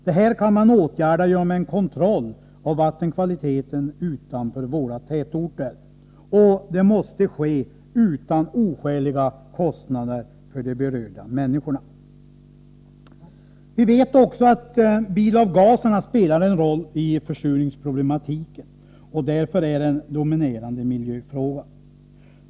Det här kan man åtgärda genom en kontroll av vattenkvaliteten utanför våra tätorter, och det måste ske utan oskäliga kostnader för de berörda människorna. Vi vet också att bilavgaserna spelar en roll i försurningsproblematiken och därför är en dominerande miljöfråga.